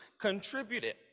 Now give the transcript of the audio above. contributed